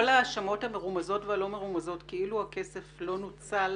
כל ההאשמות המרומזות והלא מרומזות כאילו הכסף לא נוצל,